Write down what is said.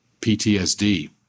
PTSD